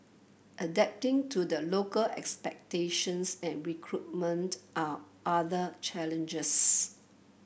adapting to the local expectations and recruitment are other challenges